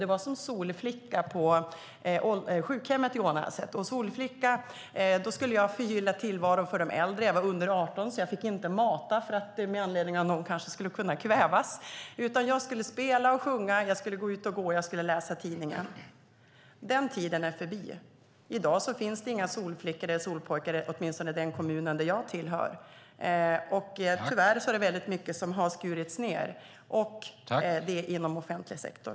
Det var som solflicka på ett sjukhem. Som solflicka skulle jag förgylla tillvaron för de äldre. Jag var under 18 år, och jag fick därför inte mata de äldre därför att någon skulle kunna kvävas. Jag skulle spela och sjunga, gå ut och gå och läsa tidningen. Den tiden är förbi. I dag finns det inga solflickor eller solpojkar, åtminstone inte i den kommun där jag bor. Tyvärr har man skurit ned på mycket inom offentlig sektor.